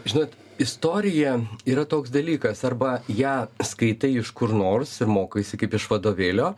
žinot istorija yra toks dalykas arba ją skaitai iš kur nors ir mokaisi kaip iš vadovėlio